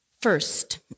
First